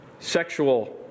Sexual